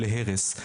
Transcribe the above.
להרס.